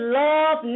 love